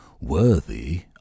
worthy